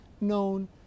known